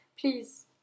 please